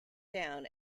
down